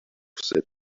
said